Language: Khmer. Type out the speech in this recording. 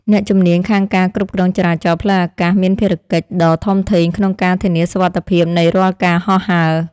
អ្នកជំនាញខាងការគ្រប់គ្រងចរាចរណ៍ផ្លូវអាកាសមានភារកិច្ចដ៏ធំធេងក្នុងការធានាសុវត្ថិភាពនៃរាល់ការហោះហើរ។